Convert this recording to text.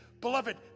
beloved